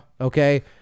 Okay